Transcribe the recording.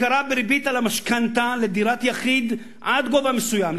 הכרה בריבית על המשכנתה לדירת יחיד עד גובה מסוים,